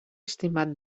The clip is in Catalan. estimat